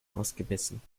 ausgebissen